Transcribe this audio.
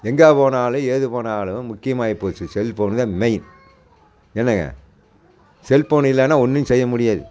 எங்கே போனாலும் ஏது போனாலும் முக்கியமாகி போயிடுச்சு செல்போனு தான் மெயின் என்னங்க செல்போன் இல்லைன்னா ஒன்றும் செய்ய முடியாது